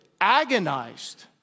agonized